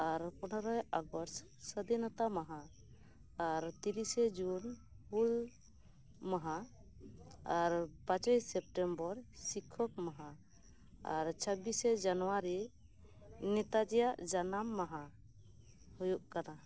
ᱟᱨ ᱯᱚᱱᱮᱨᱚᱭ ᱟᱜᱚᱥᱴ ᱥᱟᱫᱷᱤᱱᱚᱛᱟ ᱢᱟᱦᱟ ᱟᱨ ᱛᱤᱨᱤᱥᱮ ᱡᱩᱱ ᱦᱩᱞ ᱢᱟᱦᱟ ᱟᱨ ᱯᱟᱪᱮᱭ ᱥᱮᱯᱴᱮᱢᱵᱚᱨ ᱥᱤᱠᱷᱚᱠ ᱢᱟᱦᱟ ᱟᱨ ᱪᱷᱟᱵᱤᱥᱮ ᱡᱟᱱᱩᱭᱟᱨᱤ ᱱᱮᱛᱟᱡᱤᱭᱟᱜ ᱡᱟᱱᱟᱢ ᱢᱟᱦᱟ ᱦᱩᱭᱩᱜ ᱠᱟᱱᱟ